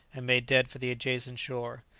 and made dead for the adjacent shore.